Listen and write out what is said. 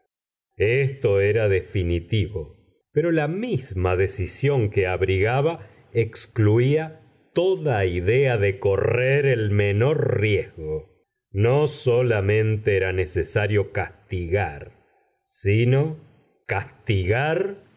esto era definitivo pero la misma decisión que abrigaba excluía toda idea de correr el menor riesgo no solamente era necesario castigar sino castigar